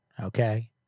okay